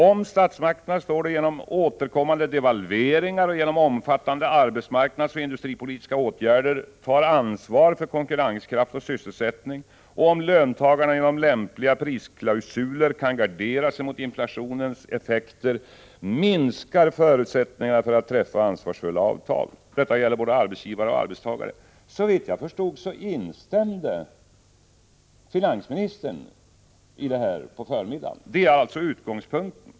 Där står: ”Om statsmakterna genom återkommande devalveringar och genom omfattande arbetsmarknadsoch industripolitiska åtgärder tar ansvar för konkurrenskraft och sysselsättning och om löntagarna genom lämpliga prisklausuler kan gardera sig mot inflationens effekter minskar förutsättningarna att träffa ansvarsfulla avtal. Det gäller både arbetsgivare och arbetstagare.” Såvitt jag förstod instämde finansministern i detta på förmiddagen. Det är alltså utgångspunkten.